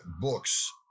books